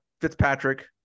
Fitzpatrick